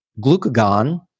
glucagon